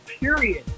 Period